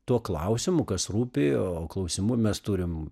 tuo klausimu kas rūpi o klausimų mes turim